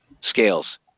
scales